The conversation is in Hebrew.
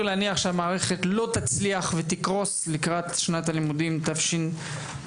להניח שהמערכת לא תצליח ותקרוס לקראת שנת הלימודים תשפ"ג.